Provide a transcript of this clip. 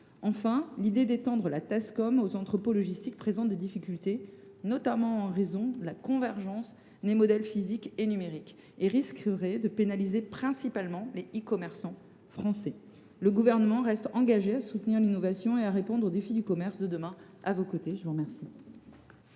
surfaces commerciales (Tascom) aux entrepôts logistiques présente des difficultés, notamment en raison de la convergence des modèles physiques et numériques. En outre, une telle mesure risquerait de pénaliser principalement les e commerçants français. Le Gouvernement reste engagé à soutenir l’innovation et à répondre aux défis du commerce de demain à vos côtés, mesdames,